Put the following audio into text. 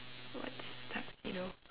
what's tuxedo